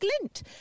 glint